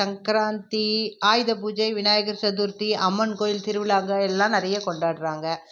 சங்கராந்தி ஆயுத பூஜை விநாயகர் சதுர்த்தி அம்மன் கோயில் திருவிழாங்க எல்லாம் நிறைய கொண்டாடுறாங்க